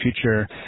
future